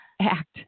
act